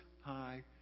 High